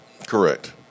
Correct